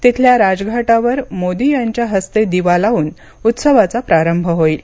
तिथल्या राजघाटावर मोदी यांच्या हस्ते दिवा लावून उत्सवाचा प्रारंभ होईल